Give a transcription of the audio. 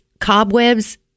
cobwebs